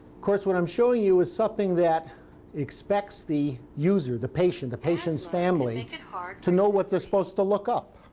course, what i'm showing you is something that expects the user, the patient, the patient's family and to know what they're supposed to look up.